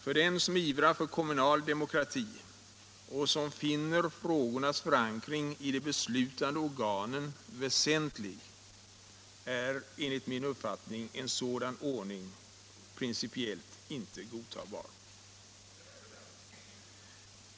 För den som ivrar för kommunal demokrati och som finner frågornas förankring i de beslutande organen väsentlig är enligt min uppfattning en sådan ordning principiellt inte godtagbar.